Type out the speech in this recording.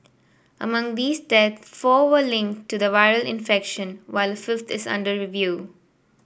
among these deaths four were linked to the viral infection while a fifth is under review